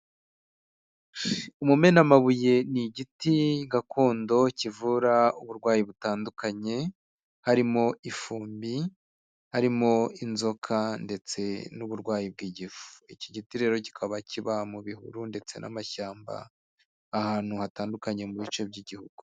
Umumenamabuye ni igiti gakondo kivura uburwayi butandukanye, harimo ifumbi, harimo inzoka ndetse n'uburwayi bw'igifu, iki giti rero kikaba kiba mu bihuru ndetse n'amashyamba, ahantu hatandukanye mu bice by'igihugu.